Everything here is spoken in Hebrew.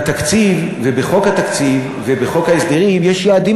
בתקציב ובחוק התקציב ובחוק ההסדרים יש יעדים